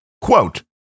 quote